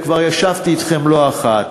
וגם ישבתי אתכם לא אחת,